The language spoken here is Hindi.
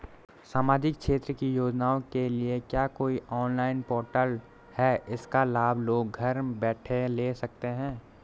सामाजिक क्षेत्र की योजनाओं के लिए क्या कोई ऑनलाइन पोर्टल है इसका लाभ लोग घर बैठे ले सकते हैं?